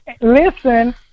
listen